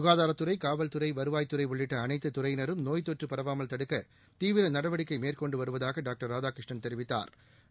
சுகாதாரத்துறை காவல்துறை வருவாய்த்துறை உள்ளிட்ட அனைத்துத் துறையினரும் நோய் தொற்று பரவாமல் தடுக்க தீவிர நடவடிக்கை மேற்கொண்டு வருவதாக டாக்டா ராதாகிருஷ்ணன் தெரிவித்தாா்